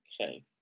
Okay